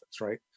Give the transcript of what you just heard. Right